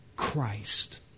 Christ